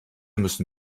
müssen